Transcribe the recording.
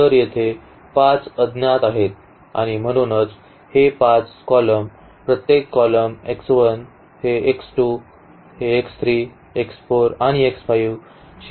तर येथे 5 अज्ञात आहेत आणि म्हणूनच हे 5 column प्रत्येक column हे हे हे हे शी संबंधित आहेत